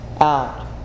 out